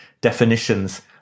definitions